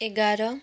एघार